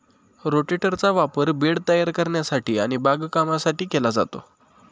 रोटेटरचा वापर बेड तयार करण्यासाठी आणि बागकामासाठी केला जातो